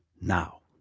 now